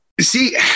See